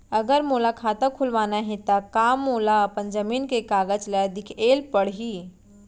अगर मोला खाता खुलवाना हे त का मोला अपन जमीन के कागज ला दिखएल पढही?